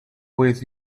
with